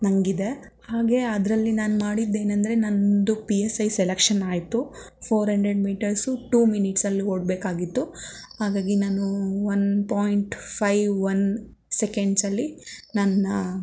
ನನಗಿದೆ ಹಾಗೇ ಅದರಲ್ಲಿ ನಾನು ಮಾಡಿದ್ದೇನೆಂದ್ರೆ ನಂದು ಪಿ ಎಸ್ ಐ ಸೆಲೆಕ್ಷನ್ ಆಯಿತು ಫೋರ್ ಹಂಡ್ರೆಡ್ ಮೀಟರ್ಸು ಟೂ ಮಿನಿಟ್ಸಲ್ಲಿ ಓಡ್ಬೇಕಾಗಿತ್ತು ಹಾಗಾಗಿ ನಾನು ಒಂದು ಪಾಯಿಂಟ್ ಫೈವ್ ಒನ್ ಸೆಕೆಂಡ್ಸಲ್ಲಿ ನನ್ನ